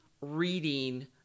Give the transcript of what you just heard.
reading